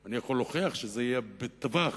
אני יכול להוכיח שזה יהיה בטווח